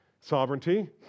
sovereignty